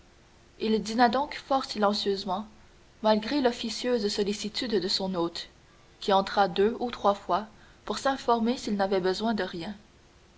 il dîna donc fort silencieusement malgré l'officieuse sollicitude de son hôte qui entra deux ou trois fois pour s'informer s'il n'avait besoin de rien